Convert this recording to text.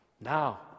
now